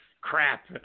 Crap